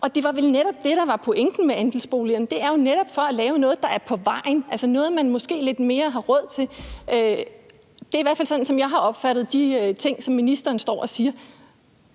Og det var vel netop det, der var pointen med andelsboligerne: at lave noget, der er på vej derhenad, altså noget, man måske har lidt mere råd til. Det er i hvert fald sådan, som jeg har opfattet de ting, som ministeren står og siger.